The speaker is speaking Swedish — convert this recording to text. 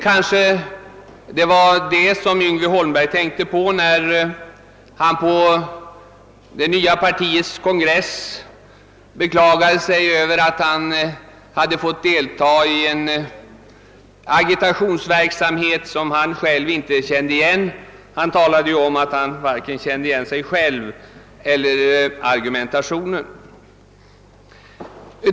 Kanske det var detta som Yngve Holmberg tänkte på när han på det nya partiets kongress beklagade sig över att han fått delta i en agitationsverksamhet som han själv inte kände igen. Han talade om att han varken kände igen sig själv eller argumentationen.